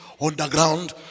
underground